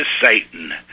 Satan